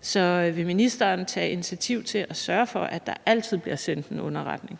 Så vil ministeren tage initiativ til at sørge for, at der altid bliver sendt en underretning?